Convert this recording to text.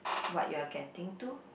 what you are getting to